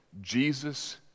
Jesus